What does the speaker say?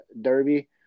Derby